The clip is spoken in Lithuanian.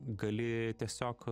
gali tiesiog